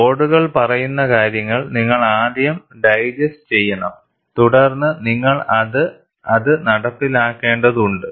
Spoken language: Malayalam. കോഡുകൾ പറയുന്ന കാര്യങ്ങൾ നിങ്ങൾ ആദ്യം ഡൈജസ്റ് ചെയ്യണം തുടർന്ന് നിങ്ങൾ അത് അത് നടപ്പിലാക്കേണ്ടതുണ്ട്